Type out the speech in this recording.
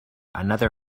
another